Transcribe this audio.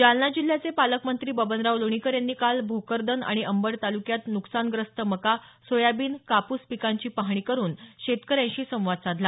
जालना जिल्ह्याचे पालकमंत्री बबनराव लोणीकर यांनी काल भोकरदन आणि अंबड तालुक्यात नुकसानग्रस्त मका सोयाबीन कापूस पिकांची पाहणी करून शेतकऱ्यांशी संवाद साधला